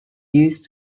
used